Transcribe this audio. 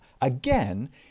again